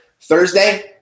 Thursday